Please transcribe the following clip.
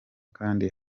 kandi